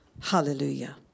Hallelujah